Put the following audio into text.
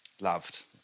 Loved